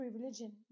religion